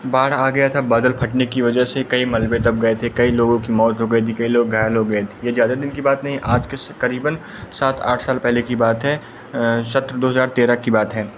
बाढ़ आ गई थी बादल फटने की वजह से कई मलबे दब गए थे कई लोगों की मौत हो गई थी कई लोग घायल हो गए थे ये ज़्यादा दिन की बात नहीं है आज केस क़रीबन सात आठ साल पहले की बात है सत्र दो हज़ार तेरह की बात है